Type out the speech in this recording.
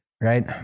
right